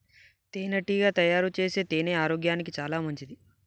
తేనెటీగ తయారుచేసే తేనె ఆరోగ్యానికి చాలా మంచిది